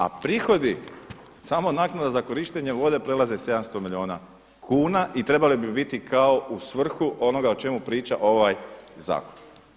A prihodi samo naknada za korištenje voda prelaze 700 milijuna kuna i trebali bi biti kao u svrhu onoga o čemu priča ovaj zakon.